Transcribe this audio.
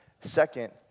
second